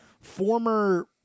former